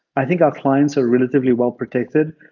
i think our clients are relatively well protected,